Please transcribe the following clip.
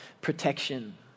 protection